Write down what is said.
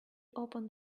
opened